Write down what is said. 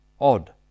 Odd